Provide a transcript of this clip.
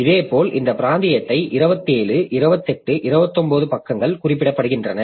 இதேபோல் இந்த பிராந்தியத்தை 27 28 29 பக்கங்கள் குறிப்பிடப்படுகின்றன